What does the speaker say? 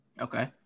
Okay